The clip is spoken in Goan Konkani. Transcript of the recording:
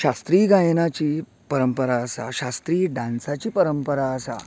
शास्त्रीय गायनाची परंपरा आसा शास्त्रीय डान्साची परंपरा आसा